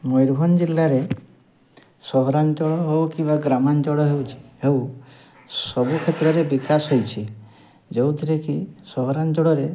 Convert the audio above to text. ମୟୂରଭଞ୍ଜ ଜିଲ୍ଲାରେ ସହରାଞ୍ଚଳ ହଉ କିମ୍ୱା ଗ୍ରାମାଞ୍ଚଳ ହେଉଛି ହେଉ ସବୁ କ୍ଷେତ୍ରରେ ବିକାଶ ହେଉଛି ଯେଉଁଥିରେ କି ସହରାଞ୍ଚଳରେ